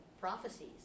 prophecies